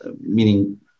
Meaning